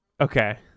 okay